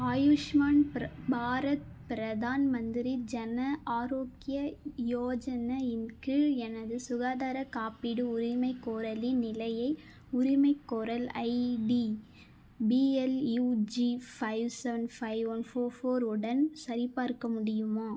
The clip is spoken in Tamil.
ஆயுஷ்மான் பிர பாரத் பிரதான் மந்திரி ஜன ஆரோக்கிய யோஜன இன் கீழ் எனது சுகாதார காப்பீடு உரிமைகோரலின் நிலையை உரிமைகோரல் ID PLUG five seven five one four four உடன் சரிபார்க்க முடியுமா